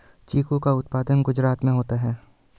चीकू का उत्पादन गुजरात में होता है